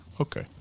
Okay